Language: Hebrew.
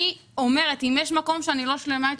אני אומרת שאם יש מקום שאני לא שלמה אתו,